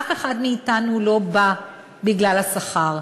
אף אחד מאתנו לא בא בגלל השכר,